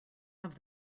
have